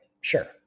Sure